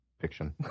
fiction